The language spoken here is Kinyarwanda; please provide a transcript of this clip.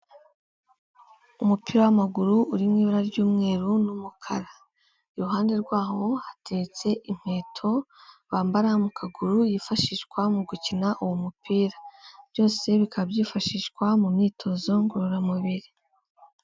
Umupira w'amaguru uri mu ibara ry'umweru n'umukara. Iruhande rwaho, hateretse inkweto, bambara mu kaguru, yifashishwa mu gukina uwo mupira. Byose bikaba byifashishwa mu myitozo ngororamubiri.